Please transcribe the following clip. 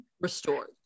restored